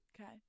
Okay